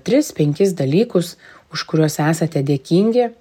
tris penkis dalykus už kuriuos esate dėkingi